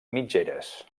mitgeres